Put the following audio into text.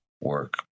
work